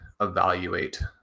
evaluate